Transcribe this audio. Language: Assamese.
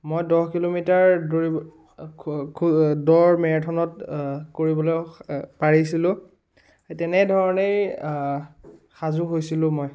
মই দহ কিলোমিটাৰ দৌৰিব খো দৌৰ মেৰাথানত কৰিবলৈ পাৰিছিলোঁ তেনেধৰণেই সাজু হৈছিলোঁ মই